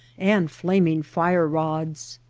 and flaming fire-rods.